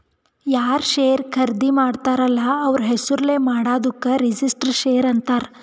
ಯಾರ್ ಶೇರ್ ಖರ್ದಿ ಮಾಡ್ತಾರ ಅಲ್ಲ ಅವ್ರ ಹೆಸುರ್ಲೇ ಮಾಡಾದುಕ್ ರಿಜಿಸ್ಟರ್ಡ್ ಶೇರ್ ಅಂತಾರ್